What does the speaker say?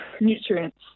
nutrients